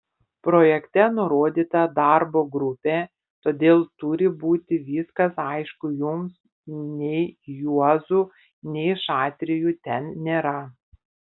projekte nurodyta darbo grupė todėl turi būti viskas aišku jums nei juozų nei šatrijų ten nėra